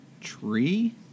Tree